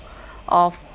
of